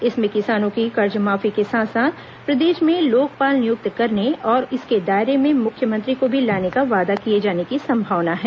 इसमें किसानों की कर्जमाफी के साथ साथ प्रदेश में लोकपाल नियुक्त करने और इसके दायरे में मुख्यमंत्री को भी लाने का वादा किए जाने की संभावना है